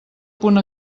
punt